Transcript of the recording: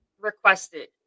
requested